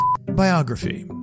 Biography